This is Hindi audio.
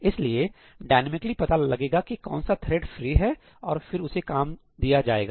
इसलिए डायनामिकली पता लगेगा कि कौन सा थ्रेड फ्री है और फिर उसे काम दिया जाएगा